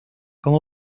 como